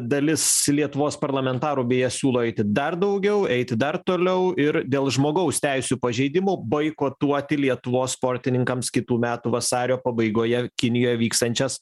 dalis lietuvos parlamentarų beje siūlo eiti dar daugiau eiti dar toliau ir dėl žmogaus teisių pažeidimo boikotuoti lietuvos sportininkams kitų metų vasario pabaigoje kinijoje vyksiančias